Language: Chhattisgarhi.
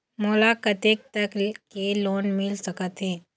मोला कतेक तक के लोन मिल सकत हे?